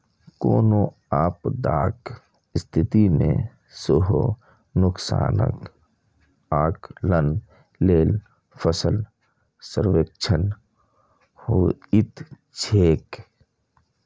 कोनो आपदाक स्थिति मे सेहो नुकसानक आकलन लेल फसल सर्वेक्षण होइत छैक